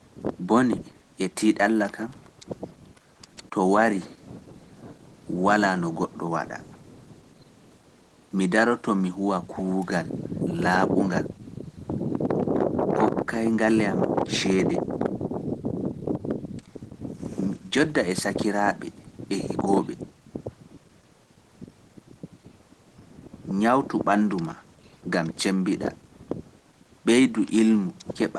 Bone e tidalla kam, to warii, walaa no goɗɗo waɗa, mi daroto mi huwa kuugal laaɓungal e higooɓe. Nyawtu ɓandu maa, gam cemmbiɗa. Ɓeydu ilmu keɓa nasaraaku.